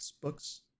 books